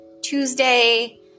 Tuesday